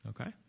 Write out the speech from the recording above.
Okay